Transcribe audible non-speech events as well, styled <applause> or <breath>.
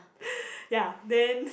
<breath> ya then